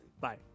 Bye